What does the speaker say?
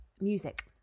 Music